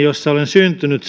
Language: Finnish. jossa olen syntynyt